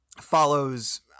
follows